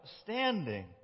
standing